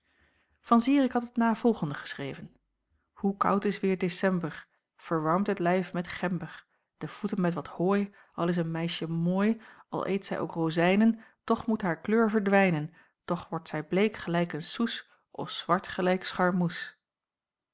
van zirik had het navolgende geschreven hoe koud is weêr december verwarmt het lijf met gember de voeten met wat hooi al is een meisje mooi al eet zij ook rozijnen toch moet haar kleur verdwijnen toch wordt zij bleek gelijk een soes of zwart gelijk scharmoes